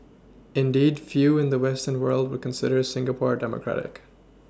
indeed few in the Western world would consider Singapore democratic